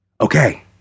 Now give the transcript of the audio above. okay